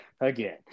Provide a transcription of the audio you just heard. Again